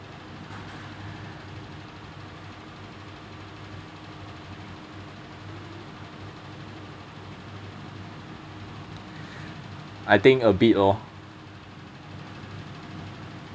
I think a bit lor